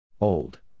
Old